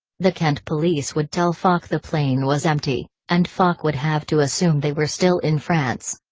the kent police would tell fache the plane was empty, and fache would have to assume they were still in france.